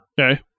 Okay